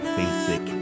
basic